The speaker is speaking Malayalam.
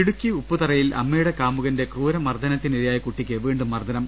ഇടുക്കി ഉപ്പുതറയിൽ അമ്മയുടെ കാമുകന്റെ ക്രൂര മർദ്ദനത്തിനിരയായ കുട്ടിക്ക് വീണ്ടും മർദ്ദനം